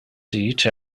seat